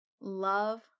love